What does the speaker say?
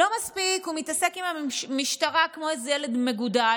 לא מספיק שהוא מתעסק עם משטרה כמו איזה ילד מגודל,